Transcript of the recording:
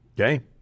Okay